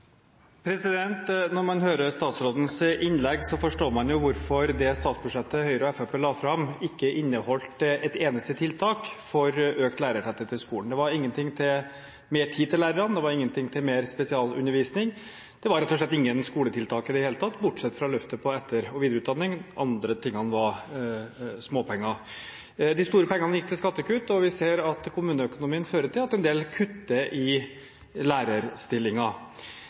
Når man hører statsrådens innlegg, forstår man hvorfor det statsbudsjettet Høyre og Fremskrittspartiet la fram, ikke inneholdt et eneste tiltak for økt lærertetthet i skolen. Det var ingenting til mer tid til lærerne, det var ingenting til mer spesialundervisning, det var rett og slett ingen skoletiltak i det hele tatt, bortsett fra løftet når det gjaldt etter- og videreutdanning. Det andre var småpenger. De store pengene gikk til skattekutt, og vi ser at kommuneøkonomien fører til at en del kutter i antall lærerstillinger.